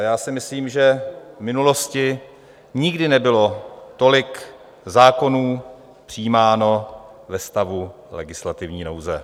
Já si myslím, že v minulosti nikdy nebylo tolik zákonů přijímáno ve stavu legislativní nouze.